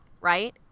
right